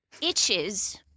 itches